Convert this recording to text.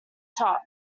top